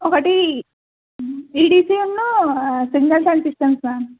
ఒకటి ఈడిసీను single sound system sir